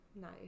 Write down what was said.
nice